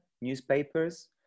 newspapers